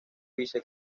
vice